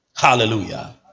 Hallelujah